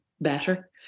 better